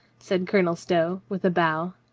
said colonel stow with a bow.